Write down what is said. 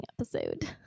episode